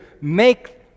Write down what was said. Make